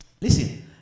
listen